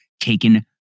taken